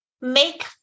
make